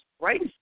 right